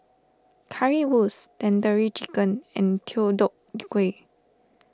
Currywurst Tandoori Chicken and Deodeok Gui